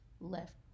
left